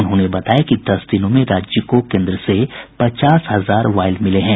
उन्होंने बताया कि दस दिनों में राज्य को केन्द्र से पचास हजार वायल मिले हैं